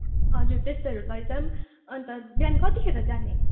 हजुर त्यस्तोहरू लैजाऔँ अन्त बिहान कतिखेर जाने